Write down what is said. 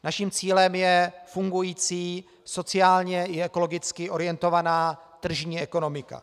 Naším cílem je fungující sociálně i ekologicky orientovaná tržní ekonomika.